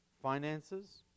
finances